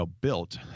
built